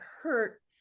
hurt